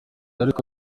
ariko